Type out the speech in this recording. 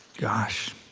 gosh.